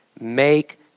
make